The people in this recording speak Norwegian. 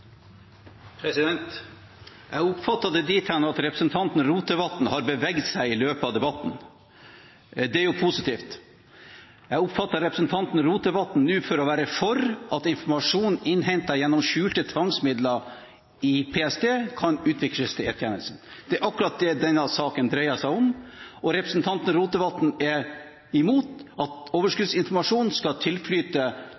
Jeg oppfattet det dit hen at representanten Rotevatn har beveget seg i løpet av debatten. Det er jo positivt. Jeg oppfatter representanten Rotevatn nå slik at han er for at informasjon innhentet gjennom skjulte tvangsmidler i PST kan utveksles til E-tjenesten – det er akkurat det denne saken dreier seg om – og representanten Rotevatn er imot at